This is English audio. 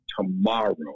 tomorrow